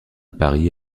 paris